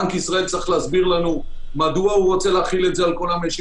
בנק ישראל צרי להסביר לנו מדוע הוא רוצה להחיל את זה על כל המשק.